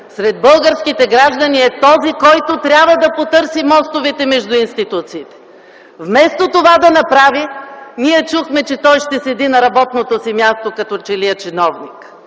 сред българските граждани е този, който трябва да потърси мостовете между институциите. Вместо това да направи ние чухме, че той ще седи на работното си място, като че ли е чиновник.